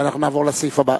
ואנחנו נעבור לסעיף הבא.